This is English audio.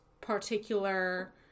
particular